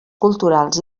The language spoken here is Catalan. culturals